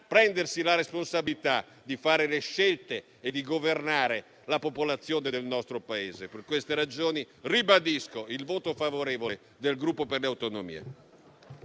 prendersi la responsabilità di scegliere e di governare la popolazione del nostro Paese. Per queste ragioni, ribadisco il voto favorevole del Gruppo Per le Autonomie.